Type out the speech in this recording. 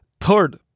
third